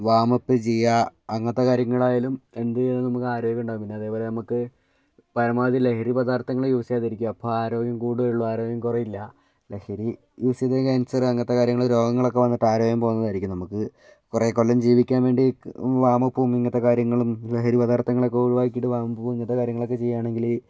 warm up ചെയ്യുക അങ്ങനത്തെ കാര്യങ്ങൾ ആയാലും എന്ത് ചെയ്തും നമുക്ക് ആരോഗ്യം ഉണ്ടാവും പിന്നെ അതേപോലെ നമുക്ക് പരമാവധി ലഹരി പദാര്ത്ഥങ്ങൾ യൂസ് ചെയ്യാതിരിക്കുക അപ്പം ആരോഗ്യം കൂടുകയേ ഉള്ളു ആരോഗ്യം കുറയില്ല ലഹരി യൂസ് ചെയ്തു ക്യാൻസറ് അങ്ങനത്തെ കാര്യങ്ങൾ രോഗങ്ങളൊക്കെ വന്നിട്ട് ആരോഗ്യം പോകുന്നതായിരിക്കും നമുക്ക് കുറേ കൊല്ലം ജീവിക്കാൻ വേണ്ടി വാമപ്പും ഇങ്ങത്തെ കാര്യങ്ങളും ലഹരി പദാർത്ഥങ്ങളൊക്കെ ഒഴിവാക്കിയിട്ട് വാമപ്പും ഇങ്ങനത്തെ കാര്യങ്ങളൊക്കെ ചെയ്യുക ആണെങ്കിൽ